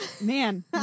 Man